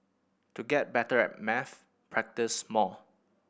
to get better at maths practise more